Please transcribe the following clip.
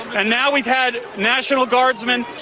and now we've had national guardsmen.